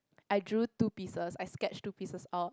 I drew two pieces I sketched two pieces out